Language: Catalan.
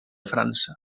frança